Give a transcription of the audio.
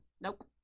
Nope